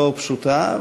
לא פשוטה,